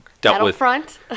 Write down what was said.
Battlefront